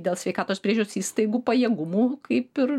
dėl sveikatos priežiūros įstaigų pajėgumų kaip ir